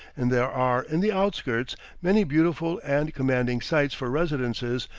and there are in the outskirts many beautiful and commanding sites for residences,